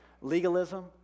legalism